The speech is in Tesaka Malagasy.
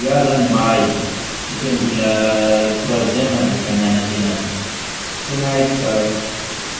Iaho zany mahay, satria mbola troisiéme aho defa nianatry en'azy, tena haiko sara,